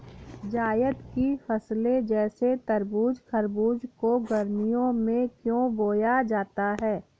जायद की फसले जैसे तरबूज़ खरबूज को गर्मियों में क्यो बोया जाता है?